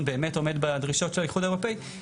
באמת עומד בדרישות של האיחוד האירופי,